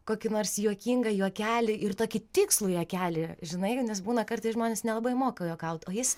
kokį nors juokingą juokelį ir tokį tikslų juokelį žinai nes būna kartais žmonės nelabai moka juokauti o jis